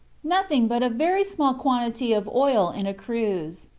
nothing but a very small quantity of oil in a cruse.